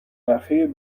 اخیر